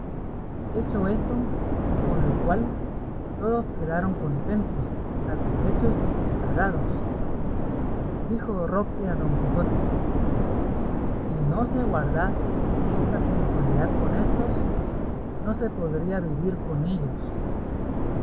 hecho esto con lo cual todos quedaron contentos satisfechos y pagados dijo roque a don quijote si no se guardase esta puntualidad con éstos no se podría vivir con ellos